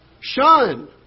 Shun